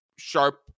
Sharp